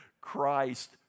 Christ